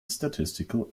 statistical